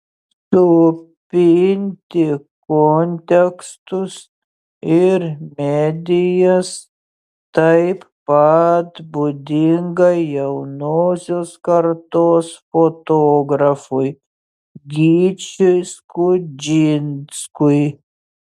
supinti kontekstus ir medijas taip pat būdinga jaunosios kartos fotografui gyčiui skudžinskui